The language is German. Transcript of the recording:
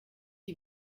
die